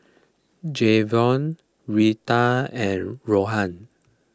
Jayvion Retta and Ronan